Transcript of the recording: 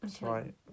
Right